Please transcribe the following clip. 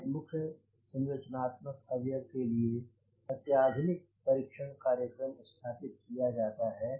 हर मुख्य संरचनात्मक अवयव के लिए अत्याधुनिक परीक्षण कार्यक्रम स्थापित किया जाता है